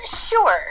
Sure